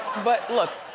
but look,